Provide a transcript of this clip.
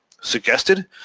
Suggested